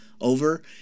over